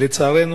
לצערנו,